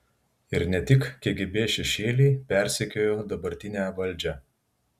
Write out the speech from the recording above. ir ne tik kgb šešėliai persekiojo dabartinę valdžią